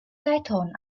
dayton